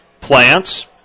Plants